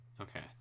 Okay